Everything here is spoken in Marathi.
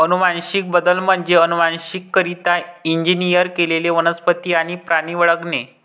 अनुवांशिक बदल म्हणजे अनुवांशिकरित्या इंजिनियर केलेले वनस्पती आणि प्राणी वगळणे